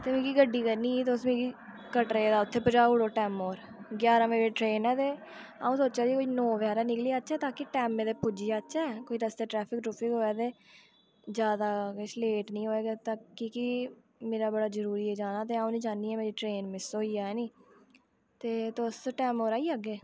ते मिगी गड्डी करनी ही तुस मिगी कटरे दा उत्थें पजाऊ ओड़ो टैम पर ग्यारह बजे ट्रेन ऐ ते अ'ऊं सोचा दी कोई नौ बजे हारा निकली जाचे ताकि टैम दे पुज्जी जाचै कोई रस्ते ट्रैफिक ट्रफिक होवै ते ज्यादा किश लेट नेईं होवै ता कि कि मेरा बड़ा ज़रूरी जाना ऐ ते मै नेईं चाह्न्नी आं मेरी ट्रेन मिस होई जा न ते तुस टैम उप्पर आई जाह्गे